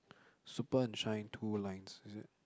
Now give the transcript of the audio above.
super and shine two lines is it